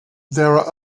there